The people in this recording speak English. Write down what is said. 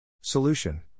Solution